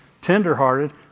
tender-hearted